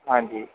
ਹਾਂਜੀ